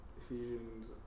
Ephesians